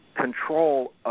control